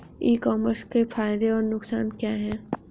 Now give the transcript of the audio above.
ई commerce के फायदे और नुकसान क्या हैं?